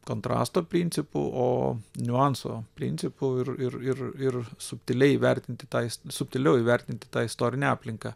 kontrasto principu o niuanso principu ir ir ir subtiliai vertinti tai subtiliau įvertinti tą istorinę aplinką